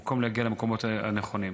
במקום להגיע למקומות הנכונים.